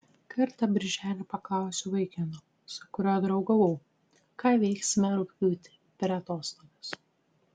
kartą birželį paklausiau vaikino su kuriuo draugavau ką veiksime rugpjūtį per atostogas